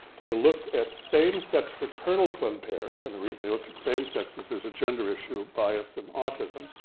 they looked at same sex fraternal twin pairs. and the reason they looked at same sex is there's a gender issue of bias in autism,